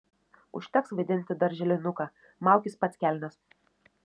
užteks vaidinti darželinuką maukis pats kelnes